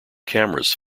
cameras